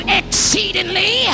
exceedingly